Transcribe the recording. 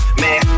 man